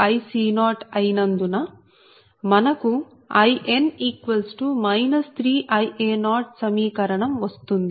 Ia0Ib0Ic0 అయినందున మనకు In 3Ia0 సమీకరణం వస్తుంది